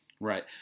Right